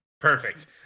Perfect